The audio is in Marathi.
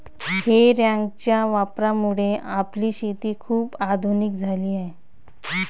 हे रॅकच्या वापरामुळे आपली शेती खूप आधुनिक झाली आहे